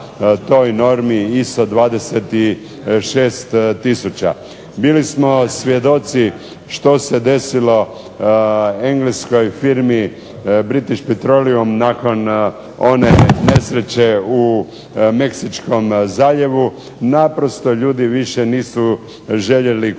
Bili smo svjedoci što se desilo engleskoj firmi "British petrolium" nakon one nesreće u Meksičkom zaljevu. Naprosto ljudi više nisu željeli kupovati